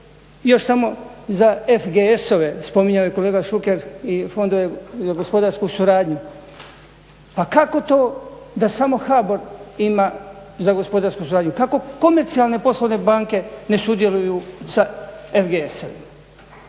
još samo za FGS-ove, spominjao je kolega Šuker i fondove za gospodarsku suradnju. Pa kako to da samo HBOR ima za gospodarsku suradnju, kako komercijalne poslovne banke ne sudjeluju sa FGS-ovima.